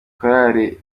korali